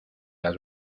las